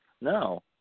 No